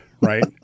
Right